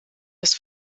des